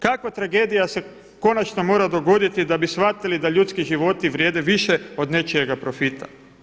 Kakva tragedija se konačno mora dogoditi da bi shvatili da ljudski životi vrijede više od nečijega profita?